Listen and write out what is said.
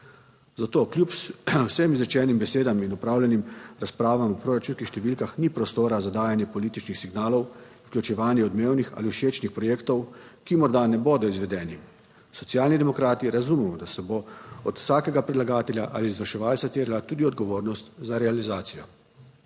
Zato kljub vsem izrečenim besedam in opravljenim razpravam o proračunskih številkah ni prostora za dajanje političnih signalov, vključevanje odmevnih ali všečnih projektov, ki morda ne bodo izvedeni. Socialni demokrati razumemo, da se bo od vsakega predlagatelja ali izvrševalca terjala tudi odgovornost za realizacijo.